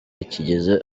kigeze